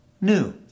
new